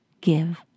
give